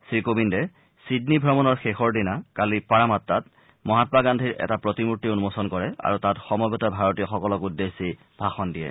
শ্ৰী কোবিন্দে চিডনী ভ্ৰমণৰ শেষৰ দিনা কালি পাৰামাটাত মহামা গান্ধীৰ এটা প্ৰতিমূৰ্তি উন্মোচন কৰে আৰু তাত সমবেত ভাৰতীয়সকলক উদ্দেশ্যি ভাষণ দিয়ে